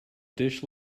dish